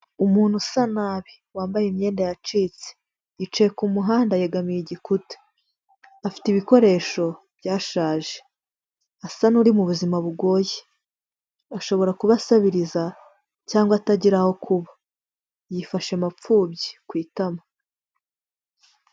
Umuntu usa nabi wambaye imyenda yacitse, yicaye ku muhanda yegamiye igikuta, afite ibikoresho byashaje, asa n'uri mu buzima bugoye, ashobora kubasabiriza cyangwa atagira aho kuba, yifashe mapfubyi ku itama.